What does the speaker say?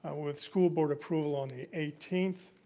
um with school board approval on the eighteenth,